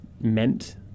meant